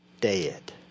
Dead